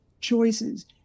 choices